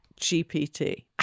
GPT